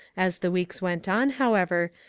as the weeks went on, however,